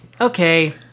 okay